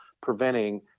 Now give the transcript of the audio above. preventing